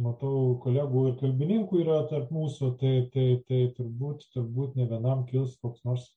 matau kolegų ir kalbininkų yra tarp mūsų tai tai tai turbūt turbūt ne vienam kils koks nors